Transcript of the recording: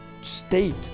state